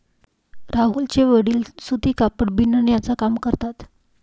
राहुलचे वडील सूती कापड बिनण्याचा काम करतात